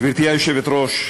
גברתי היושבת-ראש,